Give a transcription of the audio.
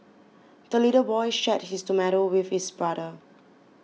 the little boy shared his tomato with his brother